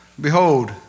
Behold